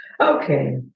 Okay